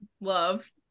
love